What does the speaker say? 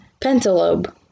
Pentalobe